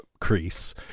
Crease